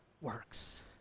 works